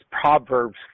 Proverbs